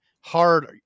hard